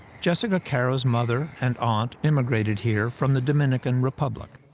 jessica caro's mother and aunt immigrated here from the dominican republic.